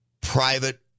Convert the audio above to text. private